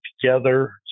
together